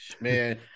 man